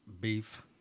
beef